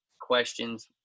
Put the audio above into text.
questions